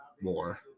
more